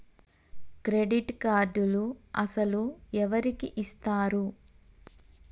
Credit కార్డులు అసలు ఎవరికి ఇస్తారు?